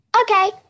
Okay